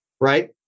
right